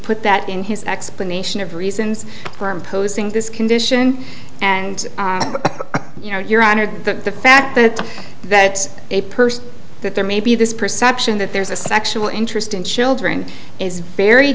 put that in his explanation of reasons for imposing this condition and you know your honor the fact that a person that there may be this perception that there's a sexual interest in children is very